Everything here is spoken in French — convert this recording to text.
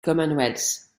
commonwealth